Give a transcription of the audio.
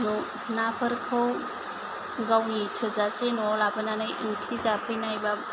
नाफोरखौ गावनि थोजासे लाबोनानै ओंख्रि